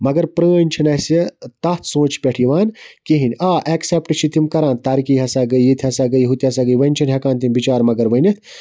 مگر پرٲنٛۍ چھِ نہٕ اَسہِ تتھ سونٛچہِ پیٚتھ یِوان کِہیٖنۍ آ ایٚکسیٚپٹہٕ چھِ تِم کَران ترقی ہَسا گٔیہِ ییٚتہِ ہَسا گٔیہِ ہُتہِ ہَسا گٔیہِ وۄنۍ چھِنہٕ ہیٚکان تِم بِچار مگر ؤنِتھ